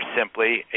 simply